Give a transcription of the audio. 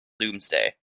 doomsday